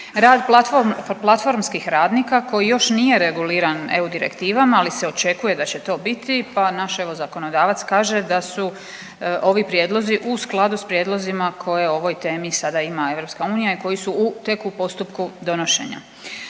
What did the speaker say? Rad platformskih radnika koji još nije reguliran eu direktivama, ali se očekuje da će to biti, pa naš evo zakonodavac kaže da su ovi prijedlozi u skladu s prijedlozima koje o ovoj temi sada ima EU i koji su u, tek u postupku donošenja.